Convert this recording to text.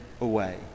away